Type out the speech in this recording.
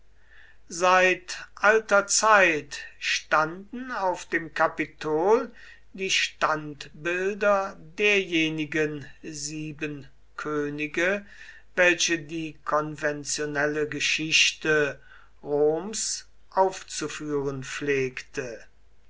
seit alter zeit standen auf dem kapitol die standbilder derjenigen sieben könige welche die konventionelle geschichte roms aufzuführen pflegte